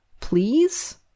please